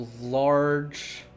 large